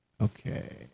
okay